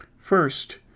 First